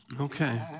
Okay